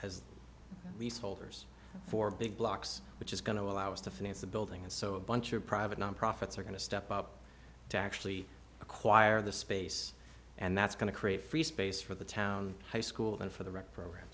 resellers for big blocks which is going to allow us to finance the building and so a bunch of private non profits are going to step up to actually acquire the space and that's going to create free space for the town high school and for the record program